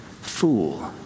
Fool